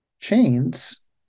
Chains